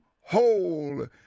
whole